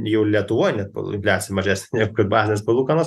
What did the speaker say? jau lietuvoj net infliacija mažesnė negu kad bazinės palūkanos